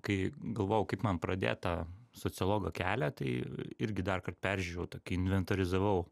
kai galvojau kaip man pradėt tą sociologo kelią tai irgi darkart peržiūrėjau tokį inventorizavau